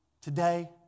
today